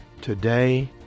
today